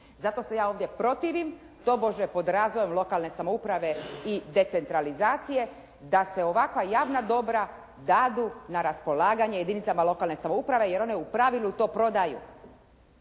Zato se ja ovdje protiv tobože pod razvojem lokalne samouprave i decentralizacije da se ovakva javna dobra dadu na raspolaganje jedinicama lokalne samouprave jer one u pravilu to prodaju.